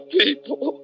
people